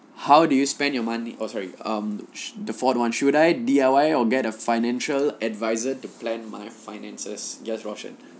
how do you spend your money oh sorry um the forth one should I D_I_Y or get a financial adviser to plan my finances yes rocient